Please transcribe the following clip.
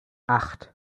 acht